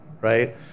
right